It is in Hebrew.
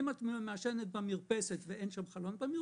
אם את מעשנת במרפסת ואין שם חלון במרפסת,